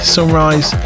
Sunrise